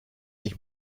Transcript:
ich